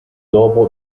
dopo